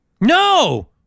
No